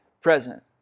present